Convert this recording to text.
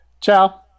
Ciao